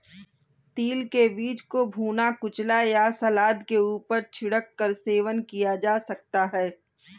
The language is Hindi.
तिल के बीज को भुना, कुचला या सलाद के ऊपर छिड़क कर सेवन किया जा सकता है